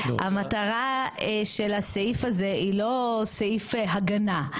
המטרה של הסעיף הזה היא לא סעיף הגנה,